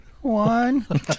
one